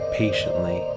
patiently